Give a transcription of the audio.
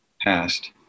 past